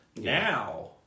Now